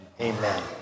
Amen